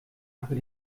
aber